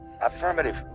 Affirmative